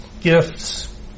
gifts